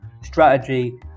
strategy